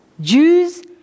Jews